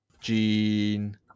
Gene